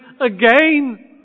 again